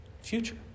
future